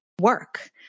work